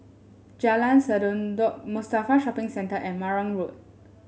Jalan Sendudok Mustafa Shopping Centre and Marang Road